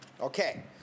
Okay